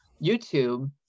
YouTube